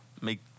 Make